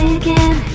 again